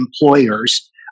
employers